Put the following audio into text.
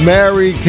Mary